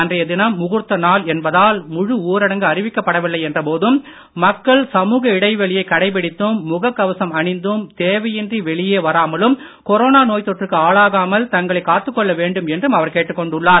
அன்றைய தினம் முகூர்த்த நாள் என்பதால் முழு ஊரடங்கு அறிவிக்கப்படவில்லை என்ற போதும் மக்கள் சமூக இடைவெளியை கடைபிடித்தும் முகக் கவசம் அணிந்தும் தேவையின்றி வெளியே வராமலும் கொரோனா நோய் தொற்றுக்கு ஆளாகாமல் தங்களை காத்துக் கொள்ள வேண்டும் என்றும் அவர் கேட்டுக் கொண்டுள்ளார்